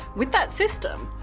with that system?